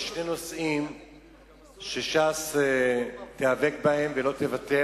שיש שני נושאים שש"ס תיאבק עליהם ולא תוותר.